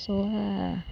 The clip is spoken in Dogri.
सोहै